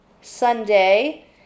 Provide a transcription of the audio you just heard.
Sunday